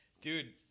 Dude